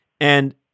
And-